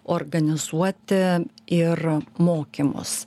organizuoti ir mokymus